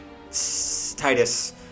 Titus